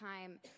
time